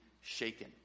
shaken